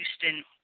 Houston –